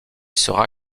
sera